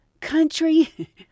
country